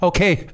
Okay